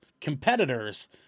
competitors